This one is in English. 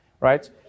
right